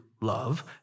love